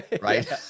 right